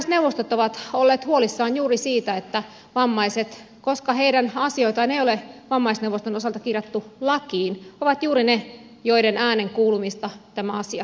vammaisneuvostot ovat olleet huolissaan juuri siitä että vammaiset koska heidän asioitaan ei ole vammaisneuvoston osalta kirjattu lakiin ovat juuri ne joiden äänen kuulumista tämä asia voi heikentää